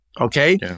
Okay